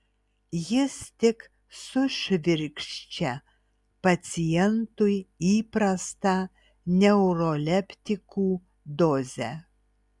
jis tik sušvirkščia pacientui įprastą neuroleptikų dozę